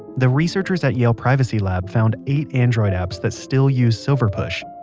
the researchers at yale privacy lab found eight android apps that still use silverpush.